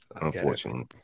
unfortunately